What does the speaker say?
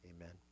Amen